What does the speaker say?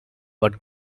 but